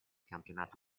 campionato